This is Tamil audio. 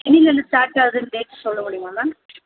என்னிலேருந்து ஸ்டார்ட் ஆகுதுன்னு டேட் சொல்ல முடியுமா மேம்